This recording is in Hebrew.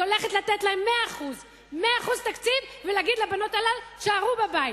היא הולכת לתת להם 100% תקציב ולהגיד לבנות הללו: תישארו בבית.